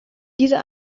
diese